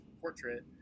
portrait